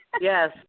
Yes